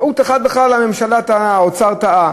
טעות אחת בכלל האוצר טעה